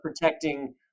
protecting